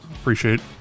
Appreciate